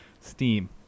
Steam